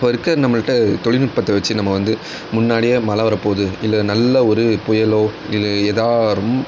இப்போது இருக்க நம்மகிட்ட தொழில் நுட்பத்தை வச்சு நம்ம வந்து முன்னாடியே மழை வரப்போகுது இல்லை நல்ல ஒரு புயலோ இல்லை ஏதா ரொம்